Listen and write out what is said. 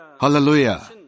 Hallelujah